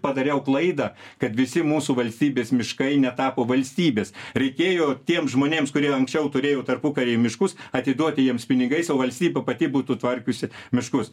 padariau klaidą kad visi mūsų valstybės miškai netapo valstybės reikėjo tiem žmonėms kurie anksčiau turėjo tarpukary miškus atiduoti jiems pinigais o valstybė pati būtų tvarkiusi miškus